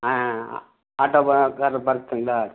ஆ ஆட்டோக்காரர் பரத்துங்களா